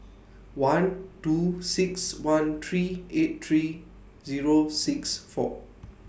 one two six one three eight three Zero six four